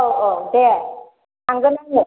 औ औ दे थांगोन दिनै